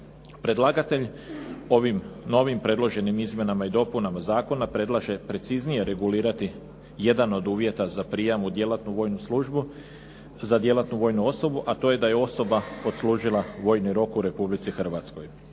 Predlagatelj ovim novim predloženim izmjenama i dopunama zakona predlaže preciznije regulirati jedan od uvjeta za prijam u djelatnu vojnu službu za djelatnu vojnu osobu, a to je da je osoba odslužila vojni rok u Republici Hrvatskoj.